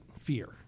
fear